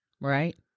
Right